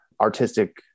artistic